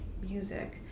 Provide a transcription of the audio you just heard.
music